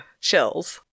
Chills